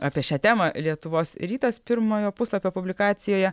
apie šią temą lietuvos rytas pirmojo puslapio publikacijoje